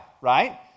right